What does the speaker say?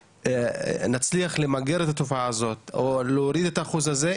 איך נצליח למגר את התופעה או להוריד את האחוז הזה,